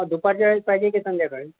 दुपारच्या वेळी पाहिजे की संध्याकाळी